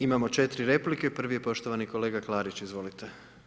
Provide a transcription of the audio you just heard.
Imamo 4 replike, prvi je poštovani kolega Klarić, izvolite.